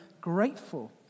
grateful